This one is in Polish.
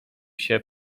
się